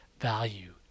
value